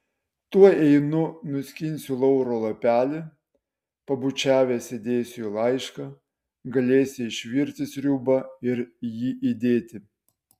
tuoj einu nuskinsiu lauro lapelį pabučiavęs įdėsiu į laišką galėsi išvirti sriubą ir jį įdėti